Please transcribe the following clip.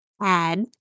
add